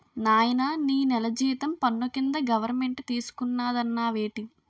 నాయనా నీ నెల జీతం పన్ను కింద గవరమెంటు తీసుకున్నాదన్నావేటి